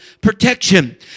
protection